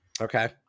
Okay